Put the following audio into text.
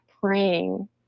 praying